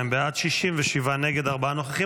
42 בעד, 67 נגד, ארבעה נוכחים.